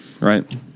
right